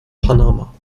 panama